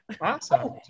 Awesome